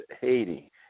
Haiti